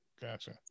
Gotcha